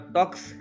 Talks